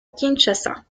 kinshasa